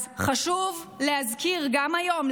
אז חשוב להזכיר גם היום,